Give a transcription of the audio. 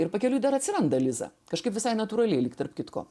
ir pakeliui dar atsiranda liza kažkaip visai natūraliai lyg tarp kitko